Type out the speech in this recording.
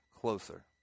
closer